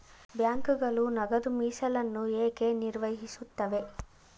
ಬ್ಯಾಂಕುಗಳು ನಗದು ಮೀಸಲನ್ನು ಏಕೆ ನಿರ್ವಹಿಸುತ್ತವೆ?